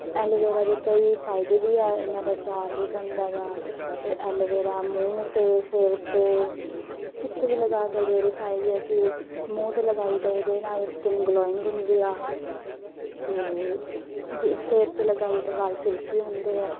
aloe vera ਦੇ ਕਈ ਫਾਇਦੇ ਵੀ ਆ ਇਹਨਾਂ ਦਾ ਆਚਾਰ ਵੀ ਬਣਦਾ ਹੈਗਾ ਅਤੇ ਐਲੋਵੇਰਾ ਮੂੰਹ 'ਤੇ ਸਿਰ 'ਤੇ ਕਿੱਥੇ ਵੀ ਲਗਾ ਸਕਦੇ ਇਹਦੇ ਫਾਇਦੇ ਹੈ ਕਿ ਮੂੰਹ 'ਤੇ ਲਗਾਈ ਤਾਂ ਇਹਦੇ ਨਾਲ ਸਕਿਨ ਗਲੋਇੰਗ ਹੁੰਦੀ ਆ ਅਤੇ ਜੇ ਸਿਰ 'ਚ ਲਗਾਈਏ ਤਾਂ ਵਾਲ ਸਿਲਕੀ ਹੁੰਦੇ ਆ